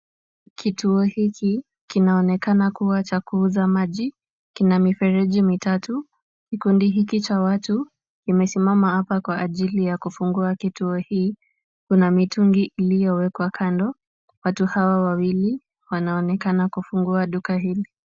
Kituo hiki kinaonekana kuwa cha kuuza maji, kina mifereji mitatu. Kikundi hiki cha watu kimesimama hapa kwa ajili ya kufungua kituo hii, kuna mitungi iliyowekwa kando, watu hawa wawili wanaonekana kufungua duka hili.